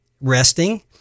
resting